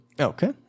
Okay